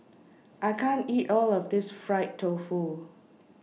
I can't eat All of This Fried Tofu